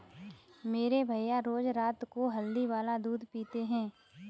मेरे भैया रोज रात को हल्दी वाला दूध पीते हैं